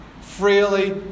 Freely